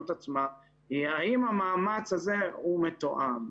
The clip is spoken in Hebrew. את עצמה היא האם המאמץ הזה הוא מתואם,